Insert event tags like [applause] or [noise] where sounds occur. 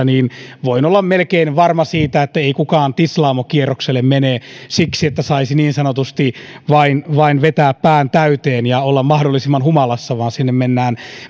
[unintelligible] niin voin olla melkein varma siitä että ei kukaan tislaamokierrokselle mene siksi että saisi niin sanotusti vain vain vetää pään täyteen ja olla mahdollisimman humalassa vaan sinne mennään